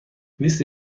لیست